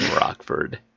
rockford